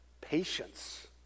patience